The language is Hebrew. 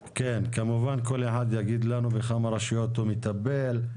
כמובן שכל אחד יגיד לנו בכמה רשויות הוא מטפל,